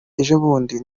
ejobundi